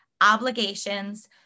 obligations